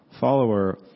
follower